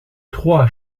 trois